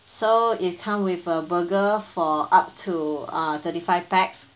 so it come with a burger for up to thirty five pax